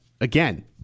Again